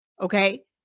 Okay